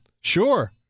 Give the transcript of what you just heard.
Sure